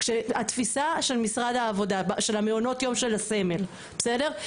התפיסה של משרד העבודה של מעונות יום של הסמל בסדר?